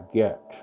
get